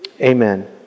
Amen